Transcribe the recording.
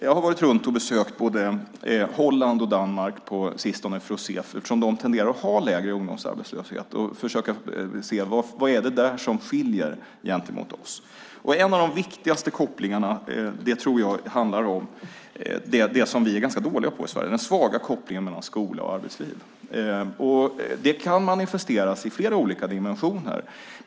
Jag har besökt både Holland och Danmark på sistone, eftersom de tenderar att ha lägre ungdomsarbetslöshet, för att försöka se vad det är som skiljer gentemot oss. Jag tror att en av de viktigaste sakerna handlar om något som vi är ganska dåliga på i Sverige, nämligen kopplingen mellan skola och arbetsliv. Det kan manifesteras i flera olika dimensioner.